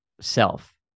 self